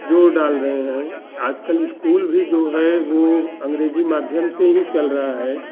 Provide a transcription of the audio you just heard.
जोर डाल रहे हैं आज कल स्कूल भी जो है वो अंग्रेजी माध्यम से ही चल रहा है